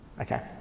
Okay